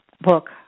book